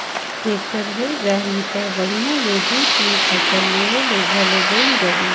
tractor होए जाही त बड़िहा ले दुइ तीन फसल लेहे ले घलो बइन जाही